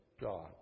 God